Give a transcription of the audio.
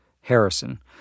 Harrison